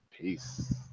Peace